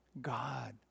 god